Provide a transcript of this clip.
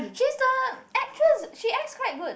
she's the actress she acts quite good